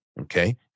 Okay